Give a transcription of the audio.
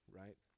right